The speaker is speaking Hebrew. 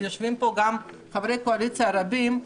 ויושבים פה חברי קואליציה רבים,